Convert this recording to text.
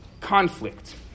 conflict